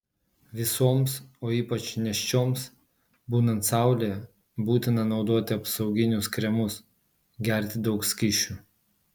visoms o ypač nėščioms būnant saulėje būtina naudoti apsauginius kremus gerti daug skysčių